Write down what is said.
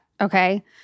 Okay